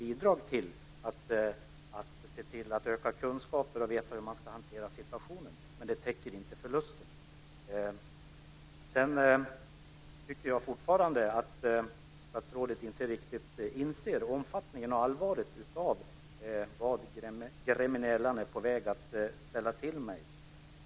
Informationen kan vara ett bidrag till att öka kunskapen om hur man ska hantera situationen, men det täcker inte förlusten. Jag tycker fortfarande att statsrådet inte riktigt verkar inse omfattningen och allvaret i det som gremmeniellan är på väg att ställa till med.